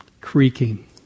creaking